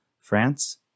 France